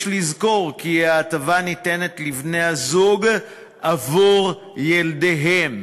יש לזכור כי ההטבה ניתנת לבני-הזוג עבור ילדיהם,